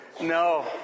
No